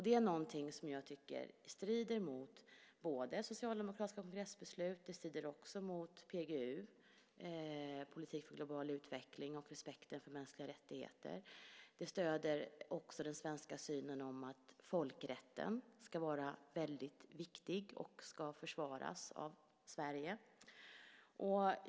Det är något som jag tycker strider mot det socialdemokratiska kongressbeslutet, mot PGU, Politik för Global Utveckling, och mot respekten för mänskliga rättigheter. Det strider också mot den svenska synen att folkrätten är väldigt viktig och ska försvaras av Sverige.